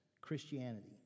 Christianity